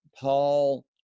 Paul